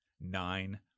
nine